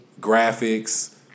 Graphics